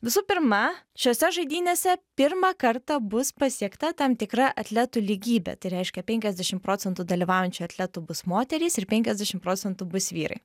visų pirma šiose žaidynėse pirmą kartą bus pasiekta tam tikra atletų lygybė tai reiškia penkiasdešim procentų dalyvaujančių atletų bus moterys ir penkiasdešim procentų bus vyrai